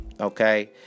Okay